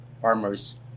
Farmers